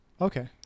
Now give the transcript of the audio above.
Okay